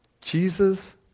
Jesus